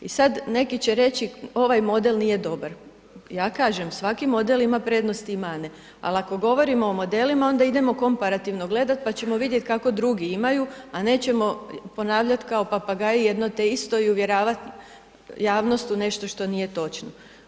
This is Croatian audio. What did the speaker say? I sad neki će reći ovaj model nije dobar, ja kažem svaki model ima prednosti i mane, ali ako govorimo o modelima onda idemo komparativno gledati pa ćemo vidjeti kako drugi imaju, a nećemo ponavljat kao papagaji jedno te isto i uvjeravat javnost u nešto što nije točno.